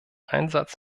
einsatz